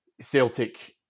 Celtic